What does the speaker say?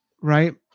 right